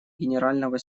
генерального